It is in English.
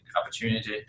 opportunity